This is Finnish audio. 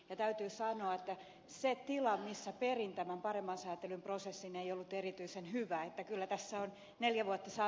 ja täytyy sanoa että se tila jossa perin tämän paremman säätelyn prosessin ei ollut erityisen hyvä että kyllä tässä on neljä vuotta saa